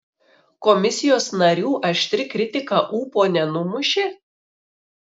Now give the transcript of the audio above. komisijos narių aštri kritika ūpo nenumušė